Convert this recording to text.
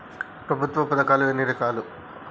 ప్రభుత్వ పథకాలు ఎన్ని రకాలు?